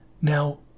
Now